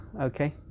okay